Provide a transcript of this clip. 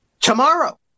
tomorrow